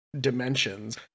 dimensions